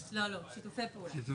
רצינו